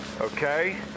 okay